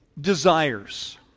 desires